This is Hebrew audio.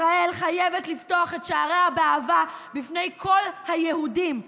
ישראל חייבת לפתוח את שעריה באהבה בפני כל היהודים,